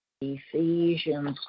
Ephesians